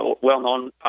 well-known